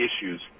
issues